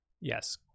Yes